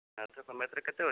ମ୍ୟାଥ୍ରେ ତ ମ୍ୟାଥ୍ ରେ କେତେ ଅଛି